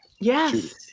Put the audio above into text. Yes